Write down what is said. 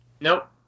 Nope